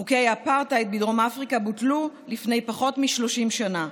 חוקי האפרטהייד בדרום אפריקה בוטלו לפני פחות מ-30 שנה.